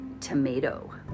tomato